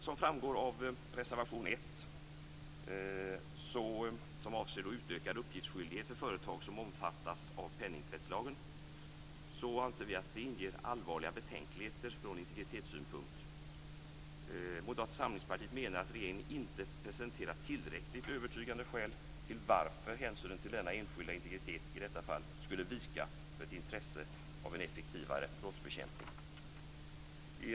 Som framgår av reservation 1, som avser utökad uppgiftsskyldighet för företag som omfattas av penningtvättslagen, anser vi att detta från integritetssynpunkt inger allvarliga betänkligheter. Moderata samlingspartiet menar att regeringen inte har presenterat tillräckligt övertygande skäl till att hänsynen till denna integritet i detta fall skulle vika för ett intresse av en effektivare brottsbekämpning.